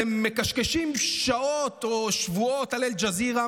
אתם מקשקשים שעות או שבועות על אל-ג'זירה,